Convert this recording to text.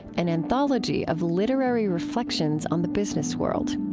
an anthology of literary reflections on the business world